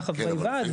בעיה?